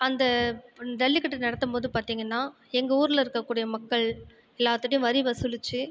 அந்த ஜல்லிக்கட்டு நடத்தும் போது பார்த்தீங்கன்னா எங்கள் ஊரில் இருக்கக் கூடிய மக்கள் எல்லாத்துட்டையும் வரி வசூலித்து